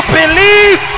believe